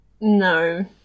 no